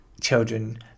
children